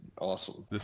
Awesome